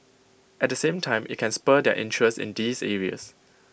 at the same time IT can spur their interest in these areas